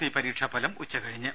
C പരീക്ഷാ ഫലം ഉച്ചകഴിഞ്ഞ്